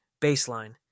baseline